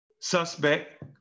suspect